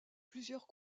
plusieurs